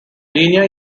linear